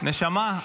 ------ נשמה,